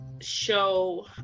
show